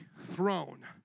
throne